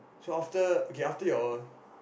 so after okay after your